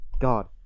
God